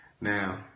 Now